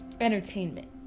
entertainment